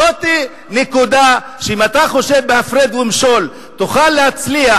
זאת נקודה שאם אתה חושב שב"הפרד ומשול" תוכל להצליח,